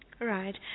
Right